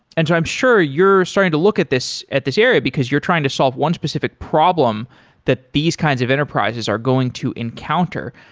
and i'm sure you're starting to look at this at this area, because you're trying to solve one specific problem that these kinds of enterprises are going to encounter.